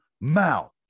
mouth